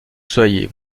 soyez